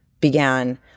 began